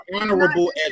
honorable